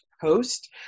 host